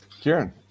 Kieran